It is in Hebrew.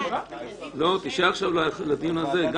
11:10.